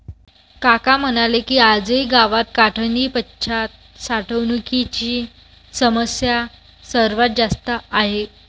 काका म्हणाले की, आजही गावात काढणीपश्चात साठवणुकीची समस्या सर्वात जास्त आहे